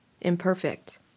imperfect